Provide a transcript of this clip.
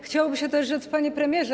Chciałoby się też rzec: Panie Premierze!